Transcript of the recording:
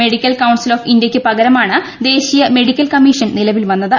medical council of ഇന്ത്യയ്ക്ക് പകരമാണ് ദേശ്രീയ് മെഡിക്കൽ കമ്മീഷൻ നിലവിൽ വന്നത്